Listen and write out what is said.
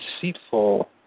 deceitful